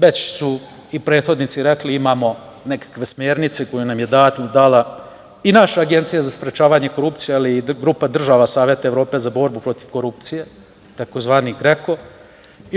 Već su i prethodni rekli da imamo nekakve smernice koje nam je dala i naša Agencija za sprečavanje korupcije, ali i grupa država Saveta Evrope za borbu protiv korupcije, tzv. GREKO.